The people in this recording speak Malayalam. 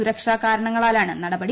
സുരക്ഷാ കാരണങ്ങളാലാണ് നടപടി